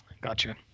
gotcha